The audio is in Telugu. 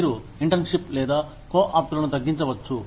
మీరు ఇంటర్న్షిప్ లేదా కో ఆఫ్లు తగ్గించవచ్చు